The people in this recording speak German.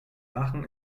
lachen